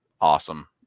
awesome